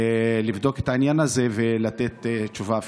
לבדוק את העניין הזה ולתת תשובה,